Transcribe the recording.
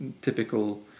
typical